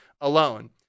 alone